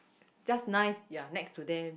just nice you are next to them